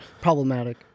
Problematic